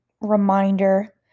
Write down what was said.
reminder